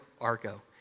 argo